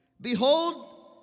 Behold